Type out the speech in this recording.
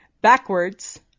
backwards